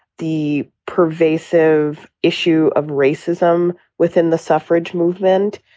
the pervasive issue of racism within the suffrage movement,